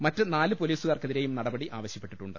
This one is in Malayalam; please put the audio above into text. മറ്റ് നാല് പൊലീസു കാർക്കെതിരെയും നടപടി ആവശ്യപ്പെട്ടിട്ടുണ്ട്